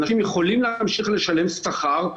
אנשים יכולים להמשיך לשלם שכר,